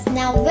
now